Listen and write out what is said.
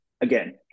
again